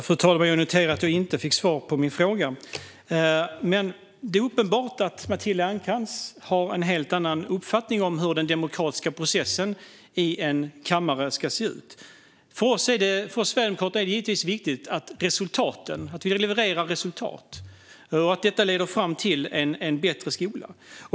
Fru talman! Jag noterar att jag inte fick svar på min fråga. Men det är uppenbart att Matilda Ernkrans har en helt annan uppfattning om hur den demokratiska processen i en kammare ska se ut. För oss sverigedemokrater är det givetvis viktigt att leverera resultat och att detta leder fram till en bättre skola.